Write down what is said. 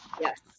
Yes